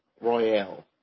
Royale